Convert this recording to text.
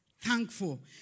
thankful